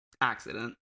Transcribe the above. accident